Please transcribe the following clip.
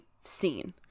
seen